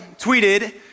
tweeted